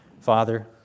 Father